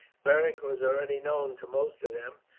beric was already known to most of them,